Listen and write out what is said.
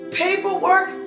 paperwork